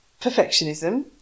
perfectionism